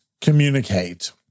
communicate